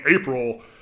April